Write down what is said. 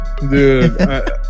dude